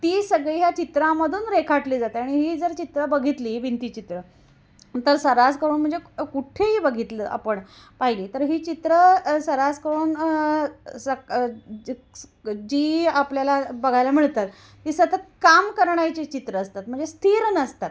ती सगळी ह्या चित्रामधून रेखाटली जाते आणि ही जर चित्र बघितली भिंतीचित्रं तर सर्रास करून म्हणजे कुठेही बघितलं आपण पाहिली तर ही चित्रं सर्रास करून सक जी आपल्याला बघायला मिळतात ती सतत काम करण्याची चित्रं असतात म्हणजे स्थिर नसतात